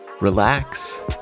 Relax